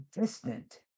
distant